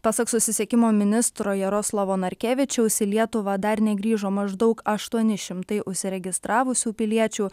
pasak susisiekimo ministro jaroslavo narkevičiaus į lietuvą dar negrįžo maždaug aštuoni šimtai užsiregistravusių piliečių